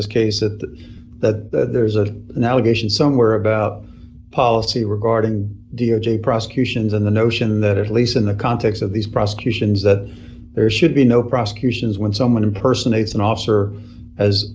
this case that the the there is a now edition somewhere about policy regarding d o j prosecutions and the notion that at least in the context of these prosecutions that there should be no prosecutions when someone impersonates an officer as